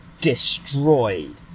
destroyed